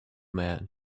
man